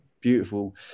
beautiful